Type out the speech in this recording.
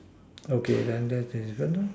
okay then that's the difference lor